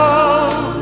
Love